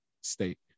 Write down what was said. state